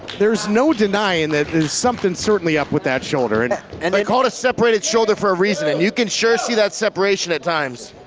there's no denying that something's certainly up with that shoulder. and and they call it a separated shoulder for a reason and you can sure see that separation at times.